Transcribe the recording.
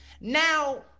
now